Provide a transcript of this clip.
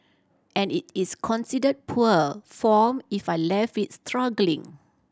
and it is consider poor form if I left it struggling